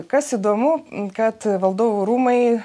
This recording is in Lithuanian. kas įdomu kad valdovų rūmai